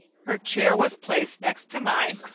her chair was placed next to mine,